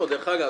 דרך אגב,